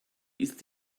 ist